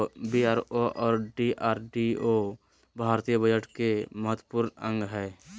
BRO और DRDO भारतीय budget के महत्वपूर्ण अंग हय